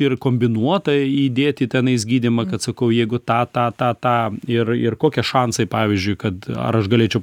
ir kombinuotą įdėti tenais gydymą kad sakau jeigu tą tą tą tą ir ir kokie šansai pavyzdžiui kad ar aš galėčiau